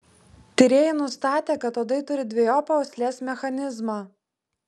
tyrėjai nustatė kad uodai turi dvejopą uoslės mechanizmą